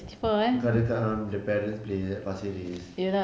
because dekat um the parents place pasir ris